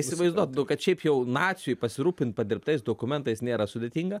įsivaizduodavau kad šiaip jau naciui pasirūpint padirbtais dokumentais nėra sudėtinga